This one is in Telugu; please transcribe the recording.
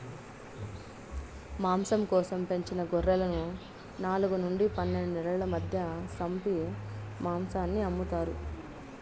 మాంసం కోసం పెంచిన గొర్రెలను నాలుగు నుండి పన్నెండు నెలల మధ్య సంపి మాంసాన్ని అమ్ముతారు